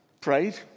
prayed